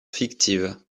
fictive